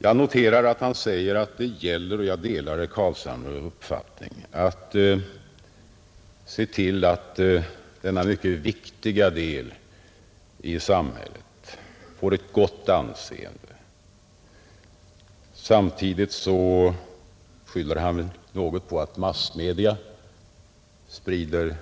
Jag noterar att han sade att det gäller — och på den punkten delar jag herr Carlshamres uppfattning — att se till att denna mycket viktiga del i samhället får ett gott anseende, Samtidigt skyller han på att massmedia sprider